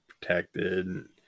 protected